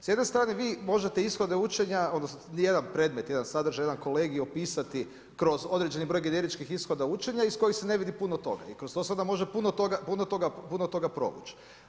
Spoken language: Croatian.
S jedne strane vi možete ishode učenja, odnosno jedan predmet, jedan sadržaj, jedan kolegij opisati kroz određeni broj generičkih ishoda učenja iz kojih se ne vidi puno toga i kroz to se može puno toga provući.